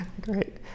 Great